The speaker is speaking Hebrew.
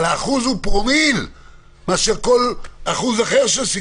אבל האחוז הוא פרומיל מאשר כל אחוז אחר של סיכון.